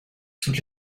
toutes